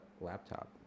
laptop